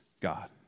God